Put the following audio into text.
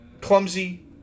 Clumsy